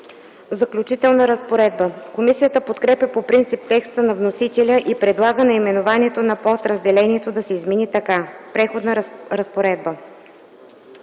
„Заключителна разпоредба”. Комисията подкрепя по принцип текста на вносителя и предлага наименованието на подразделението да се измени така: „Преходна разпоредба”.